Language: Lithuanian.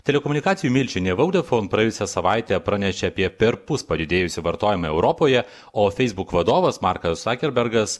telekomunikacijų milžinė vodafone praėjusią savaitę pranešė apie perpus padidėjusį vartojimą europoje o facebook vadovas markas zakerbergas